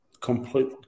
complete